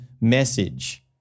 message